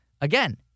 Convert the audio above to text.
again